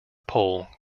pole